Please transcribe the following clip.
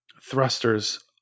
thrusters